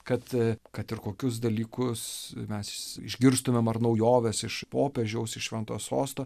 kad kad ir kokius dalykus mes išgirstumėm ar naujoves iš popiežiaus švento sosto